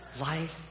life